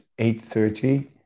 8.30